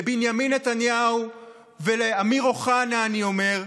לבנימין נתניהו ולאמיר אוחנה אני אומר: